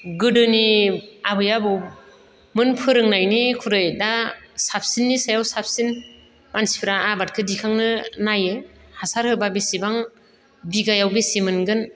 गोदोनि आबै आबौमोन फोरोंनायनिख्रुय दा साबसिननि सायाव साबसिन मानसिफ्रा आबादखौ दिखांनो नायो हासार होबा बेसेबां बिगायाव बेसे मोनगोन